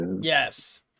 Yes